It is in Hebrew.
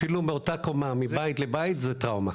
אפילו באותה קומה, מבית לבית, זה טראומה.